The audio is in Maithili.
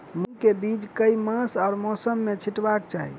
मूंग केँ बीज केँ मास आ मौसम मे छिटबाक चाहि?